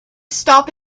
stop